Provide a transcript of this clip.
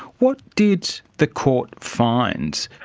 what did the court find?